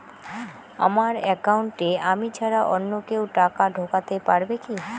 আমার একাউন্টে আমি ছাড়া অন্য কেউ টাকা ঢোকাতে পারবে কি?